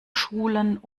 schulen